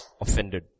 Offended